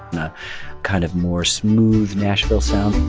and a kind of more smooth, nashville sound.